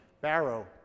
Barrow